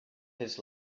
his